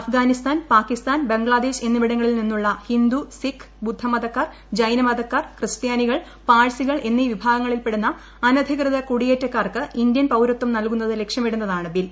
അഫ്ഗാനിസ്ഥാൻ പാകിസ്ഥാൻ ബംഗ്ലാദേശ് എന്നിവിടങ്ങളിൽ നിന്നുളള ഹിന്ദു സിഖ് ബുദ്ധമതക്കാർ ജൈനമതക്കാർ ക്രിസ്ത്യാനികൾ പാർസികൾ എന്നീ വിഭാഗങ്ങളിൽപ്പെടുന്ന അനധികൃത കുടിയേറ്റക്കാർക്ക് ഇന്ത്യൻ പൌരത്വം നൽകുന്നത് ലക്ഷ്യമിടുന്നതാണ് ബിൽ